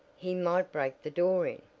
he might break the door in.